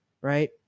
right